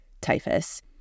typhus